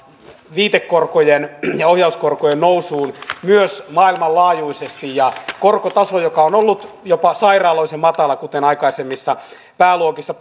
viitekorkojen ja ohjauskorkojen nousuun myös maailmanlaajuisesti ja korkotaso joka on ollut jopa sairaalloisen matala kuten aikaisemmissa pääluokissa